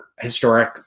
historic